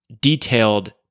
detailed